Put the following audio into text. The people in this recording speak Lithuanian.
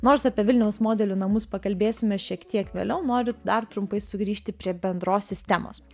nors apie vilniaus modelių namus pakalbėsime šiek tiek vėliau noriu dar trumpai sugrįžti prie bendros sistemos